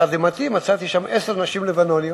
ולתדהמתי מצאתי שם עשר נשים לבנוניות,